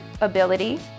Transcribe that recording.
ability